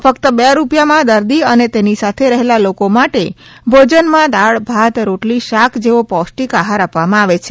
ફક્ત બે રૂપિયામાં દર્દી અને તેની સાથે રહેલા લોકો માટે ભોજનમાં દાળ ભાત રોટલી શાક જેવો પૌષ્ટિક આહાર આપવામાં આવે છે